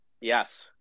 Yes